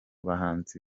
bahanzi